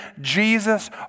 Jesus